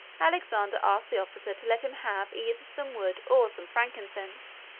alexander asked the officer to let him have either some wood or some frankincense